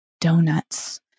donuts